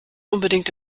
unbedingt